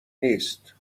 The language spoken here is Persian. نیست